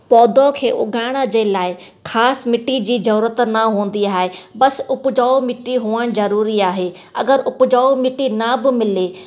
पौधो खे उगाइण जे लाइ ख़ासि मिटी जी ज़रूरत न हूंदी आहे बसि उपजाऊ मिटी हुअणु ज़रूरी आहे अगर उपजाऊ मिटी न बि मिले